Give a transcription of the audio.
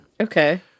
Okay